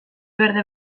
berde